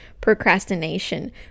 procrastination